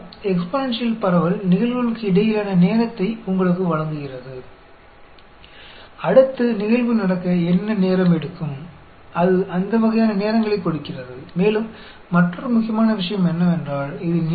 और एक और महत्वपूर्ण बात यह है कि इसमें स्मृतिहीन की एक महत्वपूर्ण गुण है इसका मतलब है पिछली जानकारी और नई जानकारी वास्तव में परस्पर संबंधित नहीं हैं